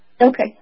Okay